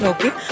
Okay